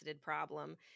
problem